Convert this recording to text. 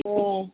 ꯎꯝ